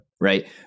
right